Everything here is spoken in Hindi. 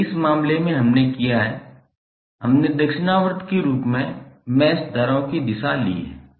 जैसे इस मामले में हमने किया है हमने दक्षिणावर्त के रूप में मैश धाराओं की दिशा ली है